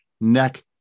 neck